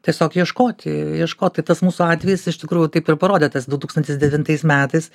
tiesiog ieškoti ieškot tai tas mūsų atvejis iš tikrųjų taip ir parodė tas du tūkstantis devintais metais